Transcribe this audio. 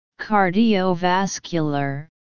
cardiovascular